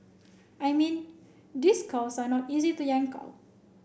I mean these cows are not easy to yank out